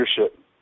leadership